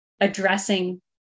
addressing